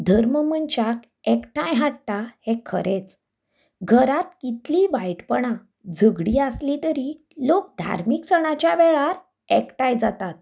धर्म मनशाक एकठांय हाडटा हें खरेंच घरांत इतली वायटपणां झगडी आसली तरीय लोक धार्मीक सणाच्या वेळार एकठांय जातात